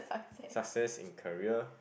success in career